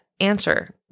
answer